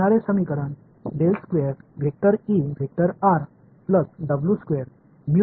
எனவே இந்த சமன்பாடு எனக்கு கிடைக்கும்